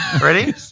Ready